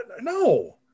No